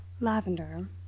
Lavender